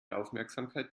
aufmerksamkeit